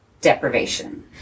deprivation